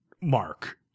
Mark